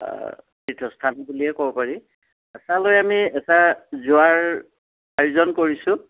তীৰ্থস্থান বুলিয়ে ক'ব পাৰি তালৈ আমি এটা যোৱাৰ আয়োজন কৰিছোঁ